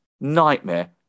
nightmare